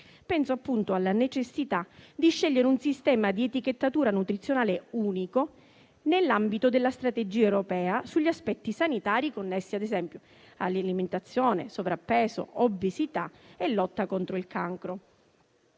Penso alla necessità di scegliere un sistema di etichettatura nutrizionale unico nell'ambito della strategia europea sugli aspetti sanitari connessi ad esempio ad alimentazione, sovrappeso, obesità e lotta contro il cancro.